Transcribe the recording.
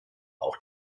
auch